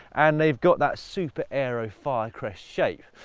and they've got that super-aero firecrest shape.